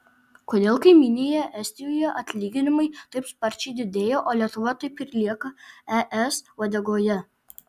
kodėl kaimynėje estijoje atlyginimai taip sparčiai didėja o lietuva taip ir lieka es uodegoje